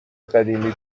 قدیمی